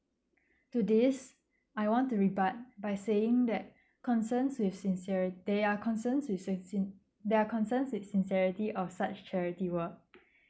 to this I want to rebut by saying that concerns with sinceri~ there are concerns with since~ sin~ there are concerns with sincerity of such charity work